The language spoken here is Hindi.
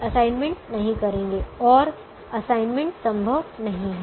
असाइनमेंट नहीं करेंगे कोई और असाइनमेंट संभव नहीं है